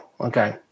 okay